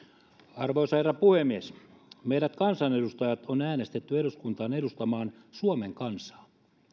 arvoisa herra puhemies meidät kansanedustajat on äänestetty eduskuntaan edustamaan suomen kansaa